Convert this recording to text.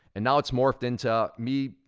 and now it's morphed into me,